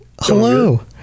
hello